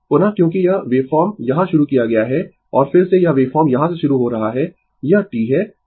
पुनः क्योंकि यह वेव फॉर्म यहां शुरू किया गया है और फिर से यह वेवफॉर्म यहां से शुरू हो रहा है यह T है